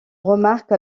remarque